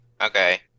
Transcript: Okay